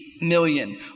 million